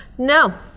No